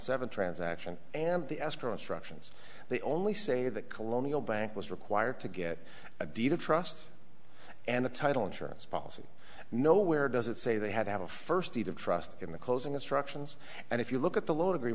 seven transaction and the escrow instructions they only say that colonial bank was required to get a deed of trust and a title insurance policy nowhere does it say they had to have a first deed of trust in the closing instructions and if you look at the lo